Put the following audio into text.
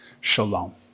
shalom